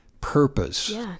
purpose